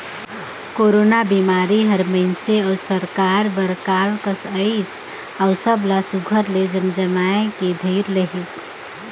corona बिमारी हर मइनसे अउ सरकार बर काल कस अइस अउ सब ला सुग्घर ले जमजमाए के धइर लेहिस